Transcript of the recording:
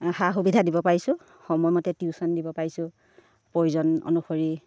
সা সুবিধা দিব পাৰিছোঁ সময়মতে টিউচন দিব পাৰিছোঁ প্ৰয়োজন অনুসৰি